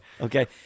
Okay